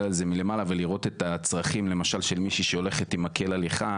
על זה מלמעלה ולראות את הצרכים למשל של מישהי שהולכת עם מקל הליכה,